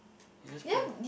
it just play